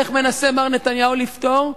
איך מנסה מר נתניהו לפתור?